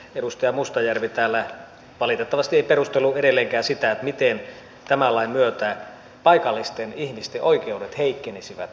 edustaja mustajärvi täällä valitettavasti ei edelleenkään perustellut sitä miten tämän lain myötä paikallisten ihmisten oikeudet heikkenisivät